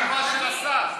לא מקובלת התשובה של השר.